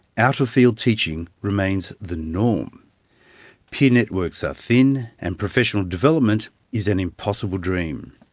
out-of-field teaching remains the norm peer networks are thin and professional development is an impossible dream.